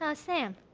ah sam.